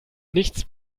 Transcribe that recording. nichts